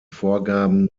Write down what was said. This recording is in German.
vorgaben